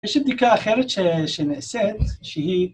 ‫יש בדיקה אחרת שנעשית, שהיא...